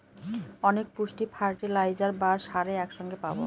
অনেক পুষ্টি ফার্টিলাইজার বা সারে এক সঙ্গে পাবো